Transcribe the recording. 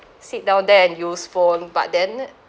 sit down there and use phone but then